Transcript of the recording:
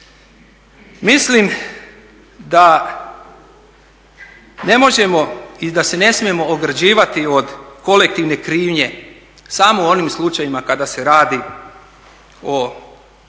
Mislim da ne možemo i da se ne smijemo ograđivati od kolektivne krivnje samo u onim slučajevima kada se radi o